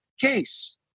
case